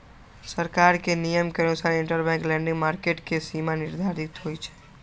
सरकार के नियम के अनुसार इंटरबैंक लैंडिंग मार्केट के सीमा निर्धारित होई छई